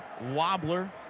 wobbler